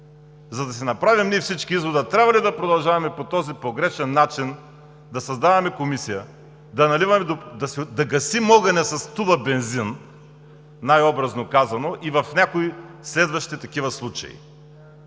за да си направим всички ние извода трябва ли да продължаваме по този погрешен начин да създаваме комисия, да гасим огъня с туба бензин, най-образно казано, и в някои следващи такива случаи.